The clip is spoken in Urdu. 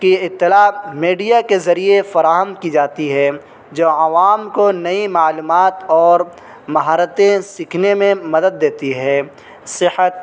کی اطلاع میڈیا کے ذریعے فراہم کی جاتی ہے جو عوام کو نئی معلومات اور مہارتیں سیکھنے میں مدد دیتی ہے صحت